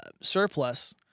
surplus